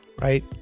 right